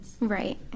right